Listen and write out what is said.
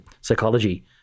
psychology